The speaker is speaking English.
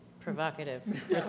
provocative